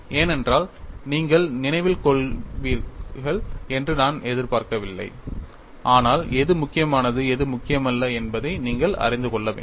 ஏனென்றால் நீங்கள் நினைவில் கொள்வீர்கள் என்று நான் எதிர்பார்க்கவில்லை ஆனால் எது முக்கியமானது எது முக்கியமல்ல என்பதை நீங்கள் அறிந்து கொள்ள வேண்டும்